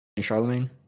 Charlemagne